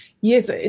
Yes